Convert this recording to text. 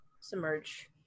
submerge